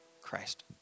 Christ